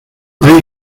hay